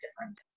different